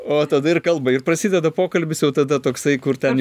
o tada ir kalba ir prasideda pokalbis jau tada toksai kur ten